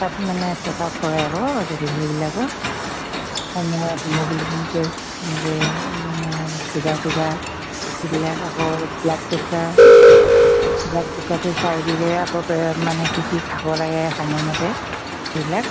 তাত মানে check up হয় আকৌ ডেলিভাৰীবিলাকক মানে হিমগ্ল'বিন টেষ্ট এনেকৈ মানে চুগাৰ তুগাৰ এইবিলাক আকৌ ব্লাড প্ৰেছাৰ ব্লাড প্ৰেছাৰটো চাই দিলেহে আকৌ মানে কি কি খাব লাগে সময়মতে সেইবিলাক